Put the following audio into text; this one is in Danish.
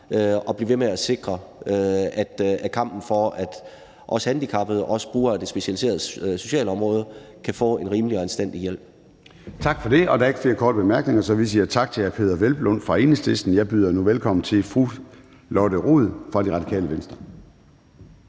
og fortsætte kampen for, at også handicappede og brugere af det specialiserede socialområde kan få en rimelig og anstændig hjælp. Kl. 11:10 Formanden (Søren Gade): Der er ikke flere korte bemærkninger. Så vi siger tak til hr. Peder Hvelplund fra Enhedslisten. Jeg byder nu velkommen til fru Lotte Rod fra Radikale Venstre.